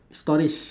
stories